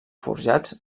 forjats